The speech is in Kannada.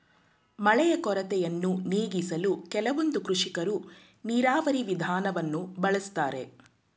ಮಳೆಯ ಕೊರತೆಯನ್ನು ನೀಗಿಸಲು ಕೆಲವೊಂದು ಕೃಷಿಕರು ನೀರಾವರಿ ವಿಧಾನವನ್ನು ಬಳಸ್ತಾರೆ